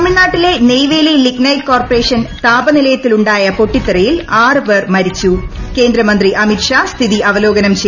തമിഴ്നാട്ടിലെ Neyveli Lignite Corporation താപനിലയത്തിലുണ്ടായ പൊട്ടിത്തെറിയിൽ ആറ് പേർ ് മരിച്ചു കേന്ദ്രമന്ത്രി അമിത് ഷാ സ്ഥിതി അവലോകനം ചെയ്തു